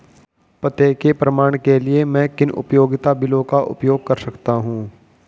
पते के प्रमाण के लिए मैं किन उपयोगिता बिलों का उपयोग कर सकता हूँ?